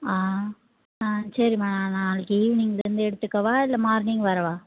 சரிம்மா நான் நாளைக்கு ஈவ்னிங் வந்து எடுத்துக்கவா இல்லை மார்னிங் வரவா